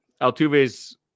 Altuve's